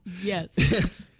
Yes